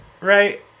right